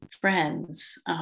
friends